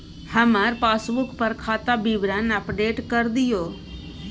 हमर पासबुक पर खाता विवरण अपडेट कर दियो